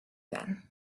then